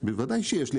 בוודאי שיש לי.